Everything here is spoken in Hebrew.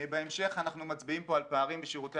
בהמשך אנחנו מצביעים פה על פערים בשירותי